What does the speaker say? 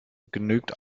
genügt